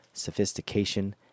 sophistication